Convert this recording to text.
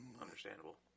Understandable